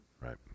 Right